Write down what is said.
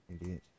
Idiot